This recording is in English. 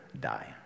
die